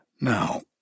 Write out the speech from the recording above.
Now